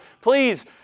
please